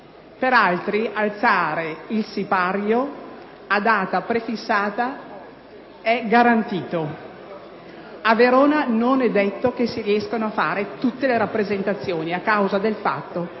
per altri alzare il sipario a data prefissata è garantito; a Verona non è detto che si riescano a fare tutte le rappresentazioni a causa del fatto,